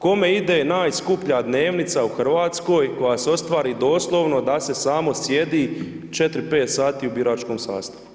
Kome ide najskuplja dnevnica u RH koja se ostvari doslovno da se samo sjedi četiri, pet sati u biračkom sastavu?